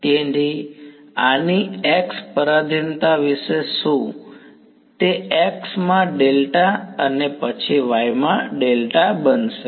તેથી આની x પરાધીનતા વિશે શું તે x માં ડેલ્ટા અને પછી y માં ડેલ્ટા બનશે